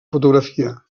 fotografia